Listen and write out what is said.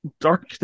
Dark